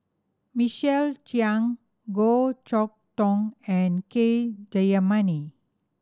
Michael Chiang Goh Chok Tong and K Jayamani